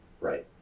right